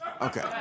Okay